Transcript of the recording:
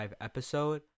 episode